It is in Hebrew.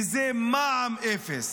וזה מע"מ אפס.